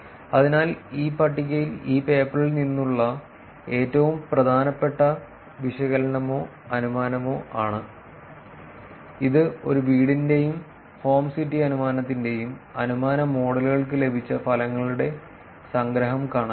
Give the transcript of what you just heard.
അതിനാൽ ഈ പട്ടിക ഈ പേപ്പറിൽ നിന്നുള്ള ഏറ്റവും പ്രധാനപ്പെട്ട വിശകലനമോ അനുമാനമോ ആണ് ഇത് ഒരു വീടിന്റെയും ഹോം സിറ്റി അനുമാനത്തിന്റെയും അനുമാന മോഡലുകൾക്ക് ലഭിച്ച ഫലങ്ങളുടെ സംഗ്രഹം കാണാനാണ്